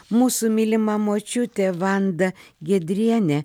mūsų mylima močiutė vanda giedrienė